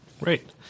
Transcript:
Great